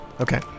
Okay